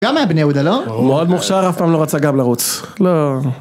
גם מהבני יהודה לא? הוא מאוד מוכשר אף פעם לא רצה גם לרוץ לא